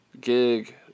gig